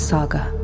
Saga